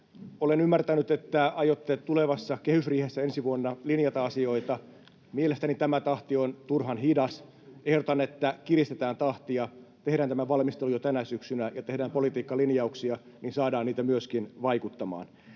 Olen ymmärtänyt, että aiotte tulevassa kehysriihessä ensi vuonna linjata asioita. Mielestäni tämä tahti on turhan hidas. Ehdotan, että kiristetään tahtia, tehdään tämä valmistelu jo tänä syksynä ja tehdään politiikkalinjauksia, niin että saadaan niitä myöskin vaikuttamaan.